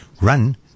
run